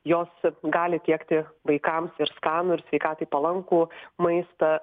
jos gali tiekti vaikams ir skanų ir sveikatai palankų maistą